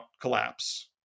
collapse